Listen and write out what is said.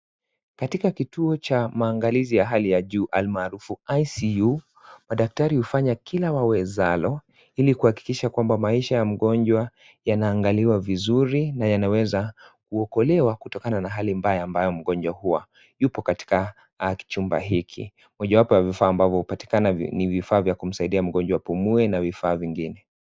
Katika kituo cha maangalizi ya hali ya juu almaarufu (cs)ICU(cs) madaktari hufanya kila wawezalo ili kuhakikisha kwamba maisha ya mgonjwa yanaangaliwa vizuri na yanaweza kuokolewa kutokana na hali mbaya ambayo mgonjwa huwa, yupo katika chumba hiki, mojawapo ya vifaa ambavyo hupatikana ni vifaa vya kumsaidia mgonjwa apumue na vifaa vingine.